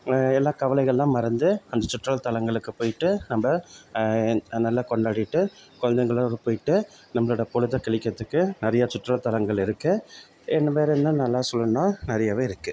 எல்லா கவலைகள் எல்லாம் மறந்து அந்த சுற்றுலாத்தலங்களுக்கு போயிட்டு நம்ப அது நல்லா கொண்டாடிவிட்டு குழந்தைங்களோட ஊருக்கு போயிவிட்டு நம்பளோட பொழுத கழிக்கிறதுக்கு நிறையா சுற்றுலாத்தலங்கள் இருக்கு இன்னும் வேறு என்ன நல்லா சொல்லணுனா நிறையாவே இருக்கு